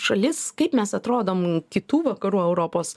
šalis kaip mes atrodom kitų vakarų europos